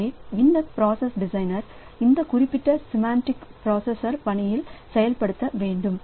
எனவே இந்த ப்ராசஸ் டிசைனர்களை இந்த குறிப்பிட்ட சிமெண்ட்டிக் பிராசஸர் பாணியில் செயல்படுத்த வேண்டும்